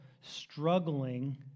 struggling